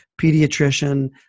pediatrician